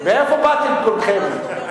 מאיפה באתם כולכם?